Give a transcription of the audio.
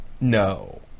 No